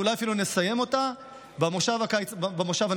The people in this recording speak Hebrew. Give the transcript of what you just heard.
ואולי אפילו נסיים אותה במושב הנוכחי.